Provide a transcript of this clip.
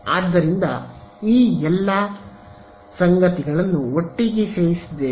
ಆದ್ದರಿಂದ ನಾವು ಈ ಎಲ್ಲ ಸಂಗತಿಗಳನ್ನು ಒಟ್ಟಿಗೆ ಸೇರಿಸಿದ್ದೇವೆ